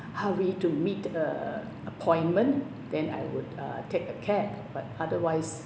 hurry to meet uh appointment then I would uh take a cab but otherwise